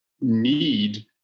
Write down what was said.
need